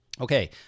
Okay